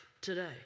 today